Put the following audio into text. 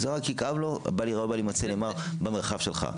זה רק יכאב לו, בל יראה ובל ימצא נאמר במרחב שלך.